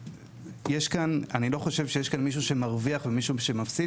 אני לא חושב שיש כאן מישהו שמרוויח ומישהו שמפסיד,